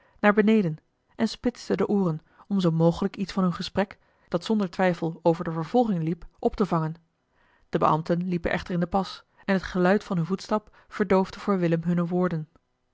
naar beneden en spitste de ooren om zoo mogelijk iets van hun gesprek dat zonder twijfel over de vervolging liep op te vangen de beambten liepen echter in den pas en het geluid van hun voetstap verdoofde voor willem hunne woorden